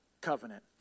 covenant